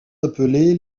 appelés